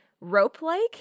rope-like